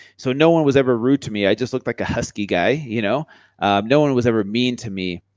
so no one was ever rude to me, i just looked like a husky guy. you know um no one was ever mean to me.